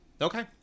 Okay